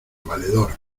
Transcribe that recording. valedor